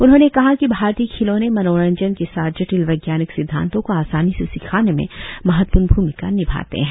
उन्होंने कहा कि भारतीय खिलौने मनोरंजन के साथ जटिल वैज्ञानिक सिद्धांतों को आसानी से सिखाने में महत्वपूर्ण भूमिका निभाते हैं